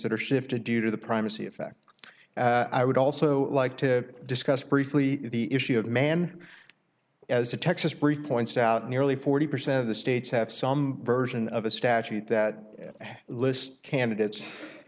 that are shifted due to the primacy effect i would also like to discuss briefly the issue of man as a texas brief points out nearly forty percent of the states have some version of a statute that list candidates